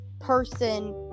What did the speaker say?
person